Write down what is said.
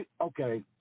okay